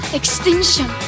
extinction